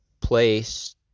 place